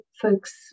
folks